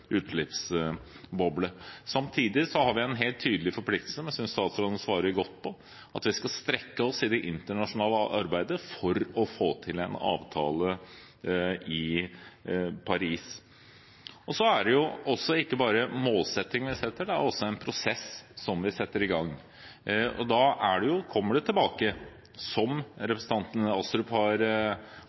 utslippsboble. Samtidig har vi en helt tydelig forpliktelse – som jeg synes statsråden svarer godt på – til å strekke oss i det internasjonale arbeidet for å få til en avtale i Paris. Vi setter oss ikke bare en målsetting – vi setter også i gang en prosess. Og som representanten Astrup refererte til, kommer en tilbake til Stortinget – enten en har